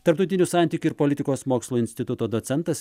tarptautinių santykių ir politikos mokslų instituto docentas